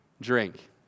drink